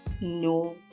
no